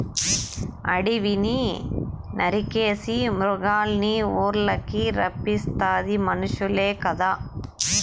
అడివిని నరికేసి మృగాల్నిఊర్లకి రప్పిస్తాది మనుసులే కదా